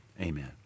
amen